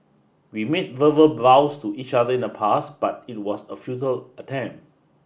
we made verbal vows to each other in the past but it was a futile attempt